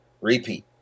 repeat